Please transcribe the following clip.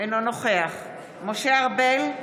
אינו נוכח משה ארבל,